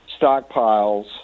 stockpiles